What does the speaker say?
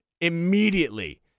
immediately